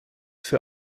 für